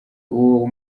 uwo